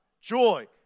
joy